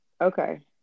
okay